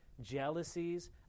jealousies